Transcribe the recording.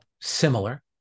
similar